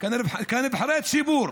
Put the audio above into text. כנבחרי ציבור,